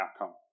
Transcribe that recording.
outcome